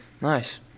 Nice